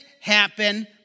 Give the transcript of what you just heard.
happen